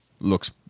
looks